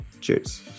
Cheers